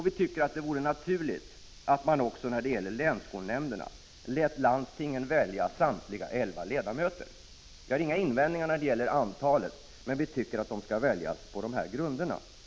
Vi tycker att det vore naturligt att man också när det gäller länsskolnämnderna lät landstingen välja samtliga elva ledamöter. Vi har inga invändningar när det gäller antalet ledamöter, men vi tycker att de skall väljas på de grunder som jag nu här har angivit. Prot.